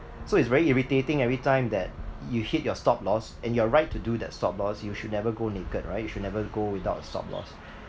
so it's very irritating every time that you hit your stop-loss and you're right to do that stop-loss you should never go naked right you should never go without a stop-loss